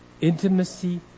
Intimacy